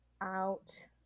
out